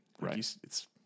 Right